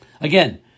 again